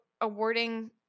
awarding